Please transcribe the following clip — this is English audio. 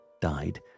died